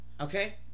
Okay